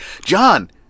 John